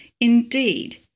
Indeed